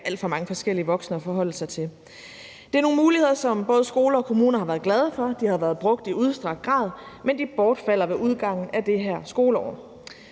alt for mange voksne at forholde sig til. Det er nogle muligheder, som både skoler og kommuner har været glade for. De har været brugt i udstrakt grad, men de bortfalder ved udgangen af det her skoleår.